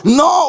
no